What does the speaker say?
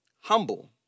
humble